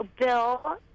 Bill